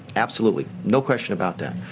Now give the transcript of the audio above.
absolutely. no question about that.